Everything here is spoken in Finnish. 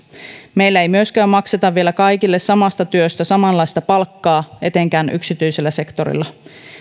meillä ei myöskään makseta vielä kaikille samasta työstä samanlaista palkkaa etenkään yksityisellä sektorilla